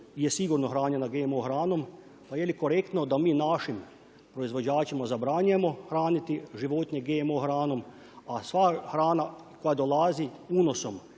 je sigurno hranjena GMO hranom pa jeli korektno da mi našim proizvođačima zabranjujemo hraniti životinje GMO hranom, a sva hrana koja dolazi unosom